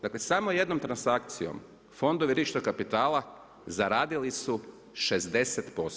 Dakle, samo jednom transakcijom fondovi rizičnog kapitala, zaradili su 60%